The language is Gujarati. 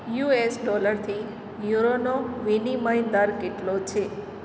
યુએસ ડોલરથી યુરોનો વિનિમય દર કેટલો છે